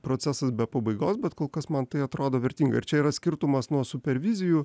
procesas be pabaigos bet kol kas man tai atrodo vertinga ir čia yra skirtumas nuo super vizijų